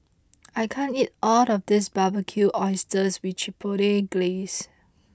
I can't eat all of this Barbecued Oysters with Chipotle Glaze